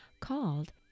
called